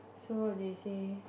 so they say